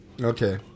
Okay